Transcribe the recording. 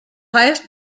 highest